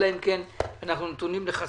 אלא אם אנחנו נתונים לחסדיו